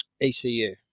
ECU